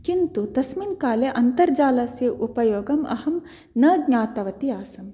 किन्तु तस्मिन् काले अन्तर्जालस्य उपयोगम् अहं न ज्ञातवती आसं